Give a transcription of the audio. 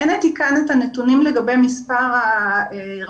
אין לי כאן את הנתונים לגבי מספר הרשויות